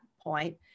point